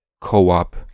co-op